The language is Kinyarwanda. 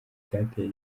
cyateye